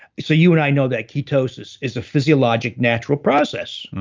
so you and i know that ketosis is a physiologic natural process,